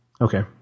Okay